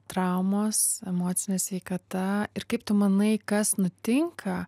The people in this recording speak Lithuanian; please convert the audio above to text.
traumos emocinė sveikata ir kaip tu manai kas nutinka